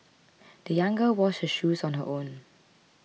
the young girl washed her shoes on her own